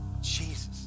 Jesus